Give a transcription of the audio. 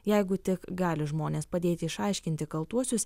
jeigu tik gali žmones padėti išaiškinti kaltuosius